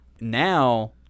Now